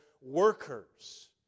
workers